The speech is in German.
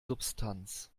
substanz